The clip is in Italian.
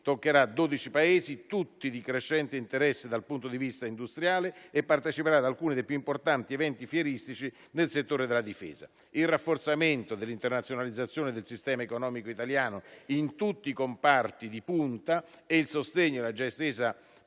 toccherà dodici Paesi, tutti di crescente interesse dal punto di vista industriale e parteciperà ad alcuni dei più importanti eventi fieristici nel settore della difesa. Il rafforzamento dell'internazionalizzazione del sistema economico italiano in tutti i comparti di punta e il sostegno alla già estesa